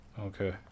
Okay